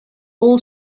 all